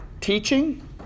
Teaching